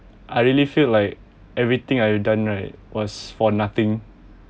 I really feel like everything I've done right was for nothing